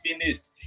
finished